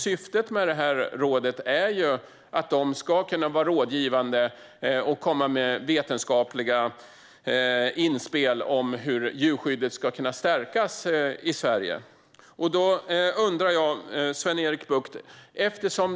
Syftet med rådet är att det ska kunna vara rådgivande och komma med vetenskapliga inspel om hur djurskyddet kan stärkas i Sverige. Sven-Erik Bucht!